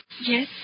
Yes